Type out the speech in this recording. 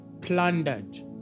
plundered